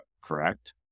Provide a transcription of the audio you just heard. correct